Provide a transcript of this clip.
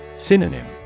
Synonym